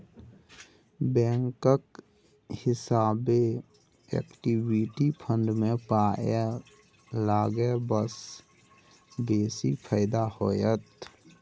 बैंकक हिसाबैं equity fund मे पाय लगेबासँ बेसी फायदा होइत